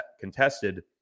contested